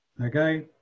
Okay